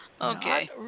Okay